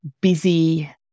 busy